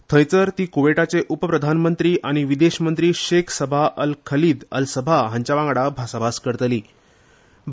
थंय त्यो कुवेटाचे उपप्रधानंत्री आनी विदेश मंत्री Sheikh Sabah Al Khalid Al Sabah हांचे वांगडा भासाभास करतल्यो